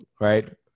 right